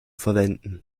verwenden